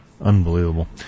Unbelievable